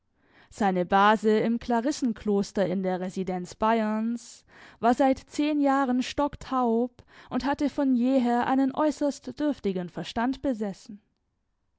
seine base im clarissen kloster in der residenz bayerns war seit zehn jahren stocktaub und hatte von jeher einen äußerst dürftigen verstand besessen